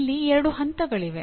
ಇಲ್ಲಿ ಎರಡು ಹಂತಗಳಿವೆ